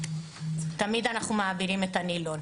תמיד אנחנו מעבירים את הנילון.